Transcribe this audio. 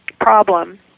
problem